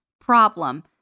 problem